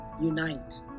unite